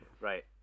right